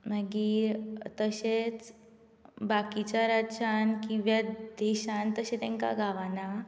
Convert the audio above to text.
मागीर तशेंच बाकीच्या राज्यांत किंवा देशांत तशें तांकां गावना